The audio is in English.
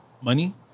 money